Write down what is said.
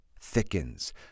thickens